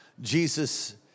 Jesus